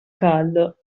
caldo